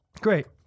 Great